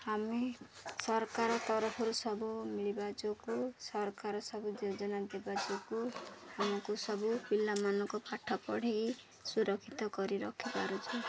ଆମେ ସରକାର ତରଫରୁ ସବୁ ମିଳିବା ଯୋଗୁଁ ସରକାର ସବୁ ଯୋଜନା ଦେବା ଯୋଗୁଁ ଆମକୁ ସବୁ ପିଲାମାନଙ୍କୁ ପାଠ ପଢ଼ାଇ ସୁରକ୍ଷିତ କରି ରଖିପାରୁଛୁ